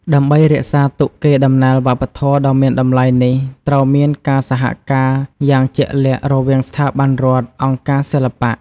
ដើម្បីរក្សាទុកកេរ្តិ៍ដំណែលវប្បធម៌ដ៏មានតម្លៃនេះ ត្រូវមានការសហការយ៉ាងជាក់លាក់រវាងស្ថាប័នរដ្ឋ អង្គការសិល្បៈ។